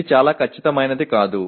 ఇది చాలా ఖచ్చితమైనది కాదు